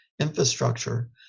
infrastructure